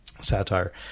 satire